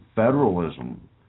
Federalism